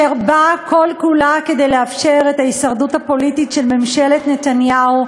אשר באה כל-כולה כדי לאפשר את ההישרדות הפוליטית של ממשלת נתניהו,